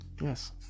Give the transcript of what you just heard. yes